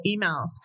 emails